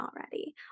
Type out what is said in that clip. already